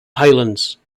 highlands